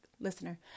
Listener